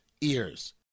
ears